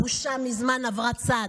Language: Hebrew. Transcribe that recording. הבושה מזמן עברה צד.